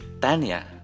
Tanya